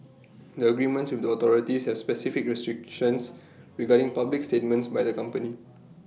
the agreements with the authorities has specific restrictions regarding public statements by the company